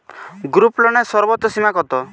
গ্রুপলোনের সর্বোচ্চ সীমা কত?